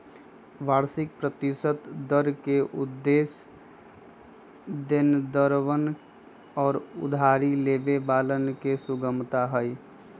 वार्षिक प्रतिशत दर के उद्देश्य देनदरवन और उधारी लेवे वालन के सुगमता हई